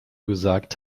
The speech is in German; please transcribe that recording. gesagt